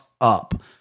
up